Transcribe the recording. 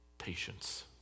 Patience